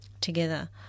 together